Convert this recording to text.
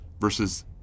versus